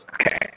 Okay